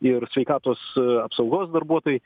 ir sveikatos apsaugos darbuotojai